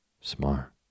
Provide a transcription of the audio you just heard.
Smart